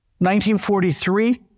1943